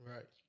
Right